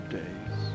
days